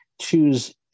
choose